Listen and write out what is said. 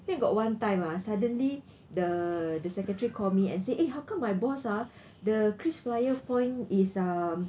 then got one time ah suddenly the the secretary call me and say eh how come my boss ah the krisflyer point is um